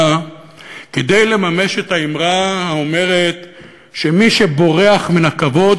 כדי לממש את האמרה שמי שבורח מן הכבוד,